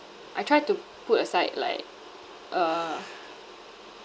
I try to put aside like uh